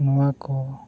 ᱱᱚᱣᱟ ᱠᱚ